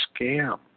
scam